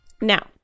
Now